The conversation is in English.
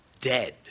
dead